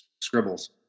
scribbles